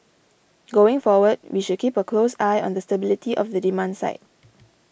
going forward we should keep a close eye on the stability of the demand side